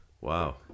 Wow